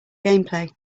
gameplay